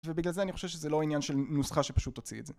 ובגלל זה אני חושב שזה לא עניין של נוסחה שפשוט תוציא את זה